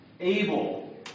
Able